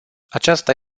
aceasta